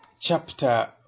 chapter